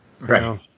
Right